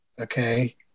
Okay